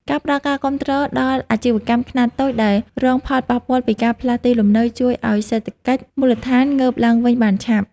ការផ្តល់ការគាំទ្រដល់អាជីវកម្មខ្នាតតូចដែលរងផលប៉ះពាល់ពីការផ្លាស់ទីលំនៅជួយឱ្យសេដ្ឋកិច្ចមូលដ្ឋានងើបឡើងវិញបានឆាប់។